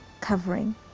covering